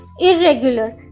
irregular